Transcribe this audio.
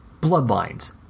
Bloodlines